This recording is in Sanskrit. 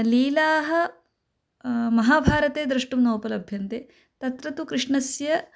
लीलाः महाभारते द्रष्टुं नोपलभ्यन्ते तत्र तु कृष्णस्य